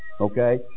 okay